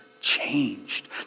changed